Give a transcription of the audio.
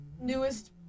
Newest